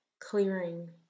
clearing